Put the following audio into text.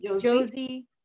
josie